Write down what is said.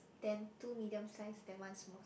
then two medium size then one small size